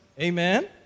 Amen